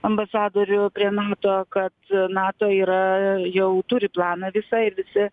ambasadorių prie nato kad nato yra jau turi planą visą ir visi